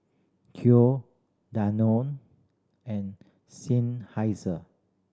Danone and